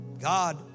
God